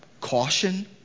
caution